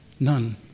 None